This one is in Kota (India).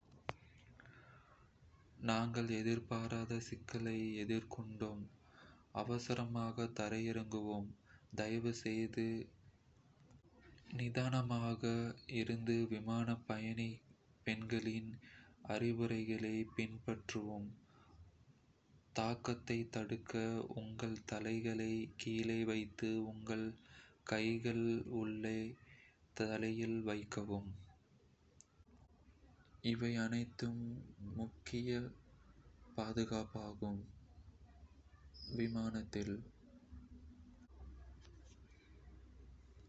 நாங்கள் எதிர்பாராத சிக்கலை எதிர்கொண்டோம், அவசரமாக தரையிறங்குவோம். தயவுசெய்து நிதானமாக இருந்து விமானப் பணிப்பெண்களின் அறிவுரைகளைப் பின்பற்றவும். தாக்கத்தை தடுக்க, உங்கள் தலைகளை கீழே வைத்து, உங்கள் கைகளை உங்கள் தலையில் வைக்கவும்."